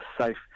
safe